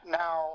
now